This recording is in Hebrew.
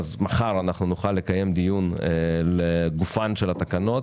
מחר נוכל לקיים דיון לגופן של התקנות